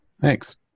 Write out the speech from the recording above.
thanks